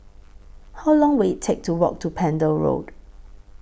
How Long Will IT Take to Walk to Pender Road